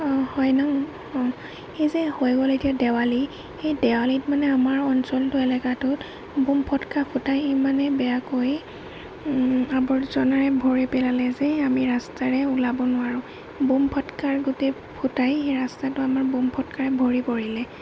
অঁ হয় নহ্ এইযে হৈ গ'ল এতিয়া দেৱালী সেই দেৱালীত মানে আমাৰ অঞ্চলটো এলেকাটোত বোম ফটকা ফুটাই ইমানে বেয়াকৈ আৱৰ্জনাৰে ভৰি পেলালে যে আমি ৰাস্তাৰে ওলাব নোৱাৰোঁ বোম ফটকাৰ গোটেই ফুটাই সেই ৰাস্তাটো আমাৰ বোম ফটকাৰে ভৰি পৰিলে